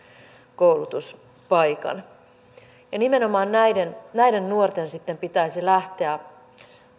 koulutuspaikan nimenomaan näiden nuorten sitten pitäisi lähteä